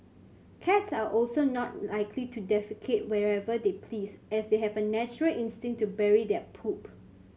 cats are also not likely to defecate wherever they please as they have a natural instinct to bury their poop